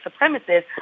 supremacists